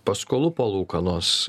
paskolų palūkanos